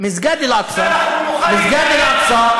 מסגד אל-אקצא,